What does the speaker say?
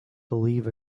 believe